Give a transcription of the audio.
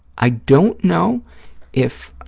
i don't know if